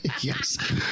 Yes